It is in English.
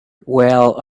well